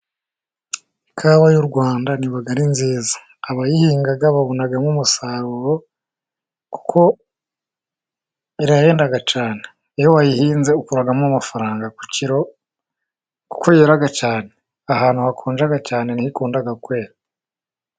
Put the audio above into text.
Ikawa y' u Rwanda iba ari nziza abayihinga babona umusaruro kuko irahenda cyane, iyo wayihinze ukuramo amafaranga, ku kiro kuko yera cyane ahantu hakonja cyane niho ikunda kwera.